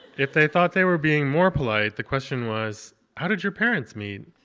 if they thought they were being more polite, the question was, how did your parents meet